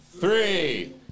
three